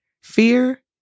Fear